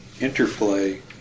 interplay